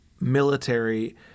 military